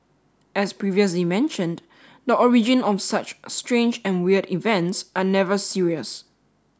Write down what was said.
as previously mentioned the origin of such strange and weird events are never serious